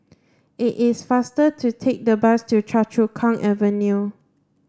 it is faster to take the bus to Choa Chu Kang Avenue